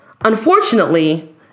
unfortunately